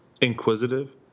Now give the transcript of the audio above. inquisitive